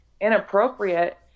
inappropriate